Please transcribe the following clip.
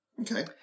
Okay